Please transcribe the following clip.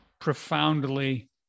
profoundly